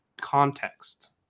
context